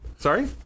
Sorry